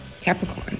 Capricorn